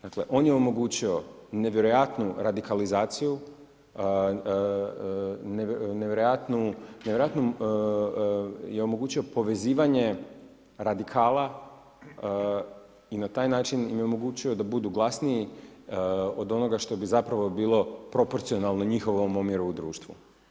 Dakle on je omogućio nevjerojatnu radikalizaciju, nevjerojatnu je omogućio povezivanje radikala i na taj način im je omogućio da budu glasniji od onoga što bi zapravo bilo proporcionalno njihovom omjeru u društvu.